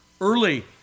early